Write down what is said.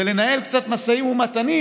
ולנהל קצת משאים ומתנים,